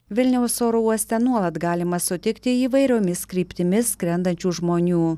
vilniaus oro uoste nuolat galima sutikti įvairiomis kryptimis skrendančių žmonių